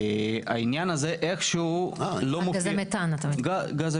זאת סוגיה שהפכה להיות כמעט, עומדת